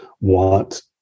want